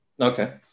Okay